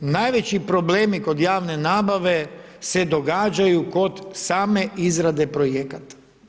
Najveći problemi kod javne nabave se događaju kod same izrade projekata.